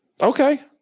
Okay